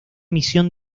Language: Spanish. misión